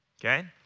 Okay